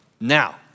Now